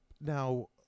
Now